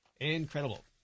Incredible